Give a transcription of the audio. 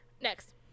next